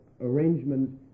arrangement